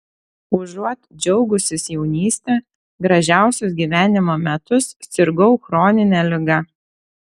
užuot džiaugusis jaunyste gražiausius gyvenimo metus sirgau chronine liga